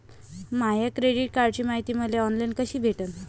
माया credit कार्डची मायती मले ऑनलाईन कसी भेटन?